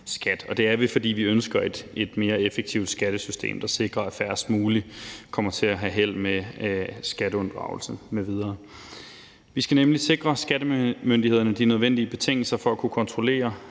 det er vi, fordi vi ønsker et mere effektivt skattesystem, der sikrer, at færrest mulige kommer til at have held med skatteunddragelse m.v. Vi skal nemlig sikre skattemyndighederne de nødvendige betingelser for at kunne kontrollere,